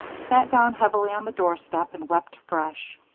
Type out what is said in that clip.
sat down heavily on the doorstep and wept afresh.